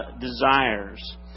desires